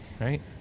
Right